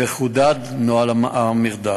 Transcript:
וחודד נוהל המרדף.